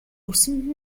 үсэнд